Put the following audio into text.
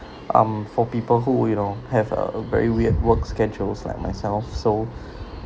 um for people who will have a very weird work schedules like myself so